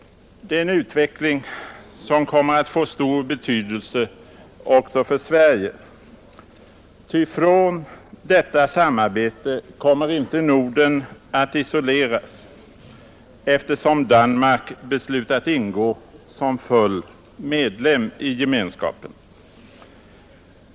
Det är en utveckling som kommer att få stor betydelse också för Sverige. Ty från detta samarbete kommer inte Norden att isoleras, eftersom Danmark beslutat ingå som full medlem i gemenskapen.